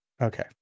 Okay